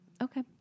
Okay